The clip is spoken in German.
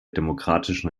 demokratischen